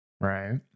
Right